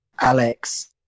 Alex